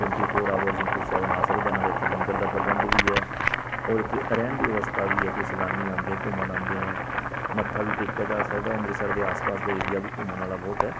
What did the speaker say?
twenty four hour into seven ਆ ਸਕਦਾ ਨਾਲੇ ਇੱਥੇ ਲੰਗਰ ਦਾ ਪ੍ਰਬੰਧ ਵੀ ਹੈ ਔਰ ਇੱਥੇ ਰਹਿਣ ਦੀ ਵਿਵਸਥਾ ਵੀ ਹੈ ਕੋਈ ਸੈਲਾਨੀ ਆਉਂਦੇ ਘੁੰਮਣ ਆਉਂਦੇ ਹੈ ਮੱਥਾ ਵੀ ਟੇਕਿਆ ਜਾ ਸਕਦਾ ਅੰਮ੍ਰਿਤਸਰ ਦੇ ਆਸ ਪਾਸ ਦਾ ਏਰੀਆ ਵੀ ਘੁੰਮਣ ਵਾਲਾ ਬਹੁਤ ਹੈ